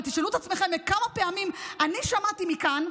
ותשאלו את עצמכם כמה פעמים אני שמעתי מכאן,